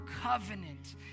covenant